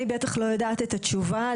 אני בטח לא יודעת את התשובה,